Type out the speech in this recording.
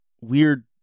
weird